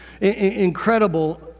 incredible